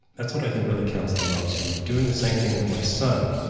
that's what i think really counts the most. i'm doing the same thing with my son.